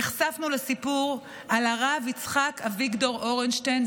נחשפנו לסיפור על הרב יצחק אביגדור אורנשטיין,